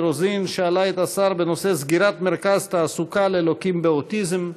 רוזין שאלה את השר בנושא סגירת מרכז תעסוקה ללוקים באוטיזם.